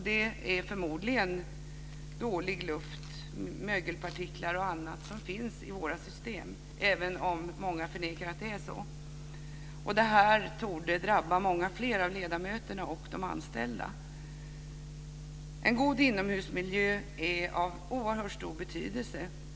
Det är förmodligen dålig luft, mögelpartiklar och annat som finns i systemen, även om många förnekar att det är så. Det här torde drabba många fler av ledamöterna och de anställda. En god inomhusmiljö är av oerhört stor betydelse.